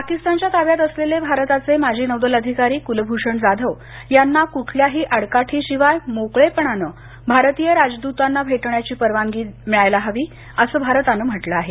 पाकिस्तानच्या ताब्यात असलेले भारताचे माजी नौदल अधिकारी कुलभूषण जाधव यांना कुठल्याही आडकाठी शिवाय भारतीय राजदूतांना भेटण्याची परवानगी मिळायला हवी असं भारतानं म्हटलं आहे